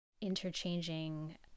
interchanging